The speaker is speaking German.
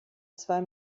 zwei